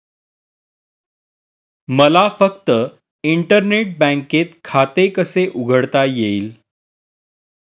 मला फक्त इंटरनेट बँकेत खाते कसे उघडता येईल?